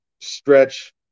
Stretch